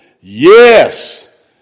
Yes